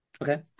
okay